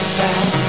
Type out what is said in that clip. back